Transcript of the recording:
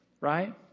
right